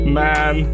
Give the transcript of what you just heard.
man